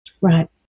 Right